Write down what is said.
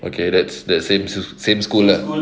okay that's that's the same school ah